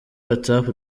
whatsapp